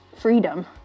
freedom